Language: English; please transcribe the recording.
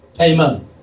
Amen